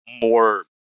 more